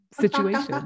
situation